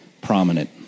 prominent